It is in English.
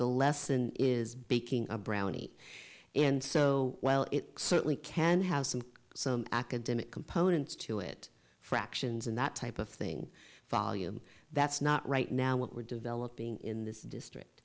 the lesson is baking a brownie and so well it certainly can have some some academic components to it fractions and that type of thing volume that's not right now what we're developing in this district